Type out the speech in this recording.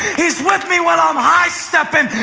he's with me when i'm high-stepping.